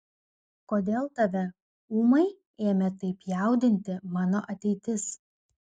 kodėl tave ūmai ėmė taip jaudinti mano ateitis